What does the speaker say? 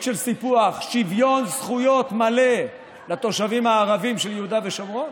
של סיפוח שוויון זכויות מלא לתושבים הערבים של יהודה ושומרון?